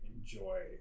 enjoy